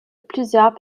plusieurs